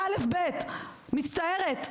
מצטערת.